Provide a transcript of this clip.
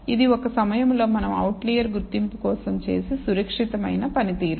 ఇది ఒక సమయంలో మనం అవుట్లియర్ గుర్తింపు కోసం చేసే సురక్షితమైన పనితీరు